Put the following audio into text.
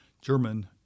German